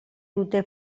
dute